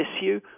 issue